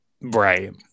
Right